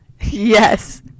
Yes